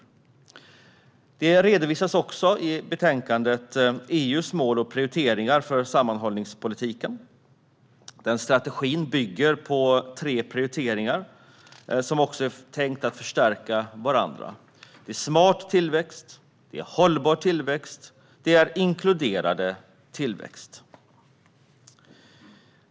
I betänkandet redovisas också EU:s mål och prioriteringar för sammanhållningspolitiken. Den strategin bygger på tre prioriteringar som är tänkta att förstärka varandra. Det är smart tillväxt, hållbar tillväxt och inkluderande tillväxt.